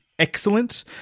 excellent